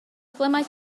problemau